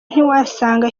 ntiwasanga